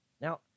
Now